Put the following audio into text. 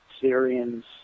Syrians